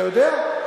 אתה יודע?